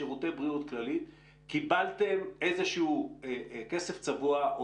שירותי בריאות כללית קיבלתם איזשהו כסף צבוע או